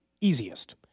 easiest